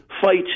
fight